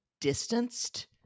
distanced